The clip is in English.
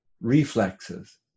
Reflexes